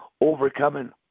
overcoming